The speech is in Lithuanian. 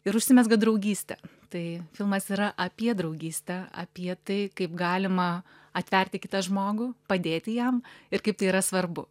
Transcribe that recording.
ir užsimezga draugystė tai filmas yra apie draugystę apie tai kaip galima atverti kitą žmogų padėti jam ir kaip tai yra svarbu